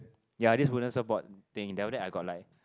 ya this wooden surfboard thing then after that I got like